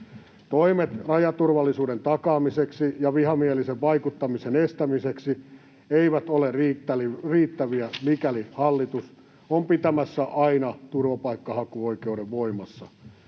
Toimet rajaturvallisuuden takaamiseksi ja vihamielisen vaikuttamisen estämiseksi eivät ole riittäviä, mikäli hallitus on pitämässä aina turvapaikkahakuoikeuden voimassa.